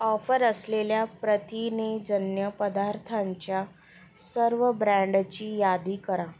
offer असलेल्या प्रथिनेजन्य पदार्थांच्या सर्व ब्रँडची यादी करा